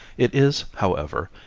it is, however,